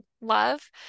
love